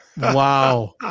Wow